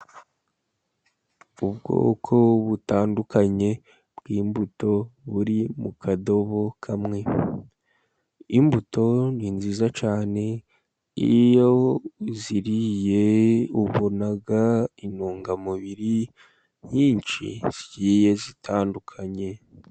Ubwoko butandukanye bw'imbuto, buri mu kadobo kamwe, imbuto ni nziza cyane, iyo uziriye ubona intungamubiri nyinshi zigiye zitandukanye.